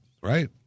right